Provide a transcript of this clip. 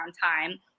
time